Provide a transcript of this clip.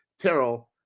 Terrell